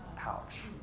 Ouch